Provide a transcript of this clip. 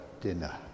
dinner